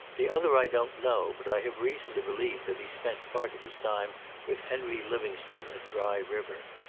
the other i don't know, but i have reason to believe that he spent part of his time with henry livingstone at dry river.